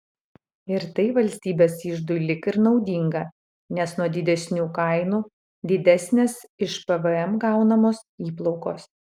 ir tai valstybės iždui lyg ir naudinga nes nuo didesnių kainų didesnės iš pvm gaunamos įplaukos